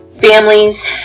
families